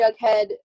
Jughead